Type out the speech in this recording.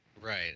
Right